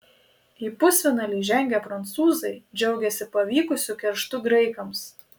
į pusfinalį žengę prancūzai džiaugiasi pavykusiu kerštu graikams